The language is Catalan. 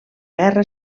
guerra